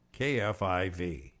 KFIV